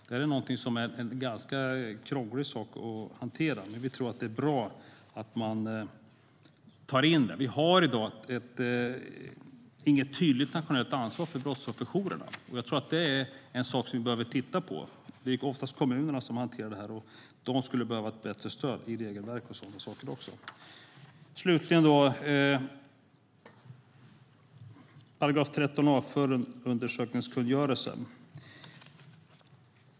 Det är något som är ganska krångligt att hantera, men vi tror att det är bra att man tar in det. Vi har i dag inget tydligt nationellt ansvar för brottsofferjourerna, och jag tror att det är en sak vi behöver titta på. Det är nämligen oftast kommunerna som hanterar detta, och de skulle behöva ett bättre stöd i regelverk och sådana saker också. Slutligen ska jag ta upp § 13 a i förundersökningskungörelsen.